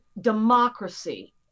democracy